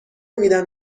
میدم